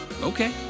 Okay